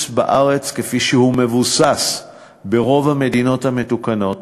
בארץ כפי שהוא מבוסס ברוב המדינות המתוקנות,